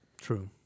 True